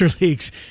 leagues